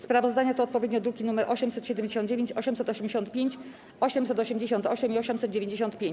Sprawozdania to odpowiednio druki nr 879, 885, 888 i 895.